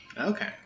Okay